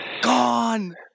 gone